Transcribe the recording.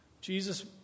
Jesus